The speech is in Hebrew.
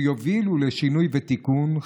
שיובילו לשינוי ותיקון,